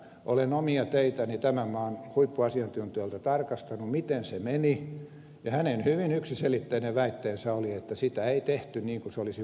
olen omia teitäni tämän maan huippuasiantuntijalta tarkastanut miten se meni ja hänen hyvin yksiselitteinen väitteensä oli että sitä ei tehty niin kuin se olisi voitu myös tehdä